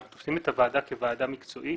אנחנו תופסים את הוועדה כוועדה מקצועית,